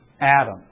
Adam